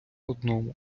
одному